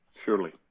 surely